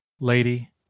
Lady